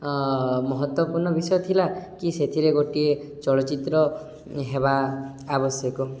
ମହତ୍ୱପୂର୍ଣ୍ଣ ବିଷୟ ଥିଲା କି ସେଥିରେ ଗୋଟିଏ ଚଳଚ୍ଚିତ୍ର ହେବା ଆବଶ୍ୟକ